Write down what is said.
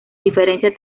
diferencia